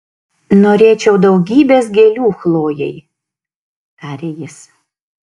norėčiau daugybės gėlių chlojei tarė jis